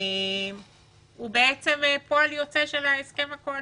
הוא פועל יוצא של ההסכם הקואליציוני,